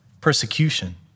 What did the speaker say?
persecution